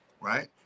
right